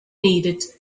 needed